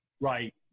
Right